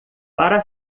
para